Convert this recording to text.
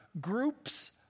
groups